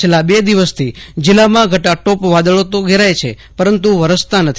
છેલ્લા બે દિવસથી જીલ્લામાં ઘટાટોપ વાદળો તો ઘેરાય છેપણ વરસતાં નથી